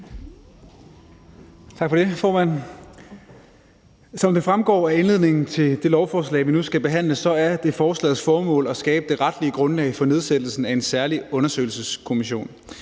Som det fremgår af indledningen til det lovforslag, vi nu skal behandle, er det forslagets formål at skabe det retlige grundlag for nedsættelsen af en særlig undersøgelseskommission